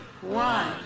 one